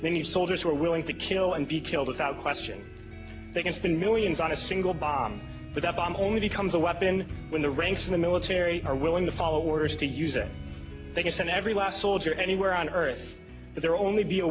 many soldiers who are willing to kill and be killed without question they can spend millions on a single bomb with a bomb only becomes a weapon when the ranks of the military are willing to follow orders to use it they can send every last soldier anywhere on earth they're only be a